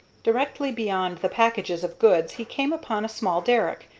directly beyond the packages of goods he came upon a small derrick,